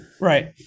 Right